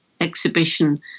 exhibition